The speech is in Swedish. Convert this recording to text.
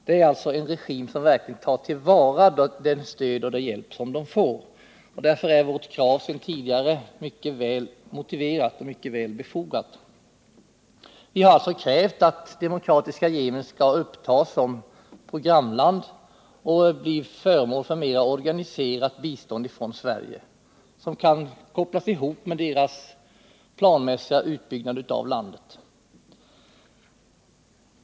Det är alltså en regim som verkligen tar till vara det stöd och den hjälp som den får, och därför är vårt krav nu som tidigare mycket väl befogat. Vi har krävt att Demokratiska folkrepubliken Yemen skall upptas som programland och bli föremål för ett mera organiserat bistånd från Sverige, som kan kopplas ihop med den planmässiga utbyggnaden av landet.